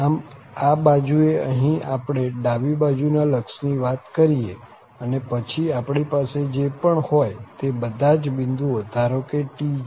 આમ આ બાજુ એ અહીં આપણે ડાબી બાજુના લક્ષની વાત કરીએ અને પછી આપણી પાસે જે પણ હોય તે બધા જ બિંદુઓ ધારો કે tj છે